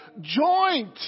Joint